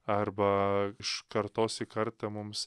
arba iš kartos į kartą mums